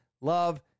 love